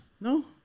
No